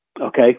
okay